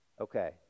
Okay